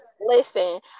Listen